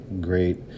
great